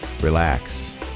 Relax